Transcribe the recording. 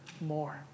more